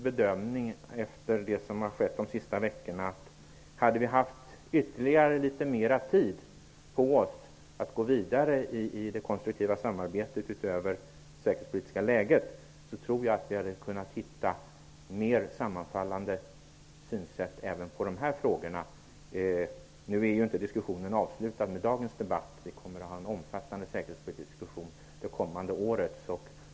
Efter det som har skett de senaste veckorna och om vi hade haft litet mer tid på oss att gå vidare i det konstruktiva samarbetet, utöver frågan om det säkerhetspolitiska läget, så tror jag att vi hade kunnat hitta mer sammanfallande synsätt även på dessa frågor. Nu är ju inte diskussionen avslutad med dagens debatt. Vi kommer att ha en omfattande säkerhetspolitisk diskussion under det kommande året.